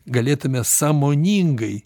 galėtume sąmoningai